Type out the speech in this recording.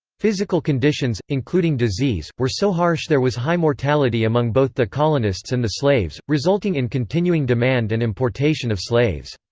physical conditions, including disease, were so harsh there was high mortality among both the colonists and the slaves, resulting in continuing demand and importation of slaves.